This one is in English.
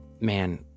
man